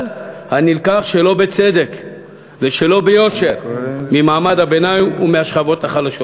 הנלקח שלא בצדק ושלא ביושר ממעמד הביניים ומהשכבות החלשות,